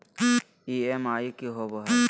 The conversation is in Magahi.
ई.एम.आई की होवे है?